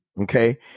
Okay